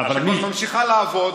שכבר ממשיכה לעבוד,